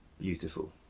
beautiful